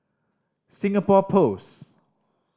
Singapore Post